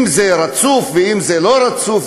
אם זה רצוף ואם זה לא רצוף,